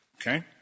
Okay